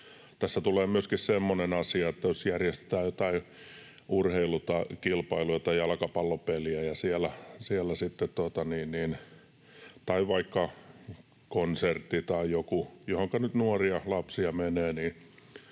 Tässä tulee myöskin semmoinen asia, että jos järjestetään jokin urheilukilpailu tai jalkapallopeli tai vaikka konsertti tai joku, johonka nyt nuoria ja lapsia menee,